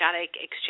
exchange